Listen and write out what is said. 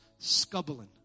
scubbling